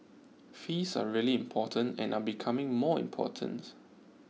fees are really important and are becoming more important